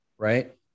right